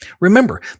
Remember